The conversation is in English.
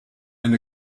and